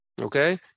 Okay